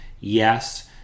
Yes